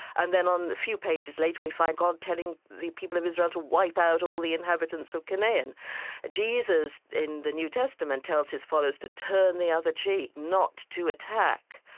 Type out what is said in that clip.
and then on a few pages later we find god telling the people of israel to wipe out all the inhabitants of canaan. jesus, in the new testament, tells his followers to turn the other cheek, not to attack,